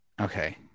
Okay